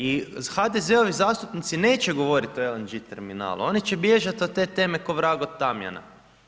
I HDZ-ovi zastupnici neće govoriti o LNG terminalu, oni će bježati od te teme kao vrag od tamjana.